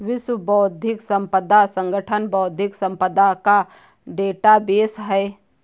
विश्व बौद्धिक संपदा संगठन बौद्धिक संपदा का डेटाबेस है